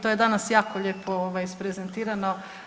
To je danas jako lijepo isprezentirano.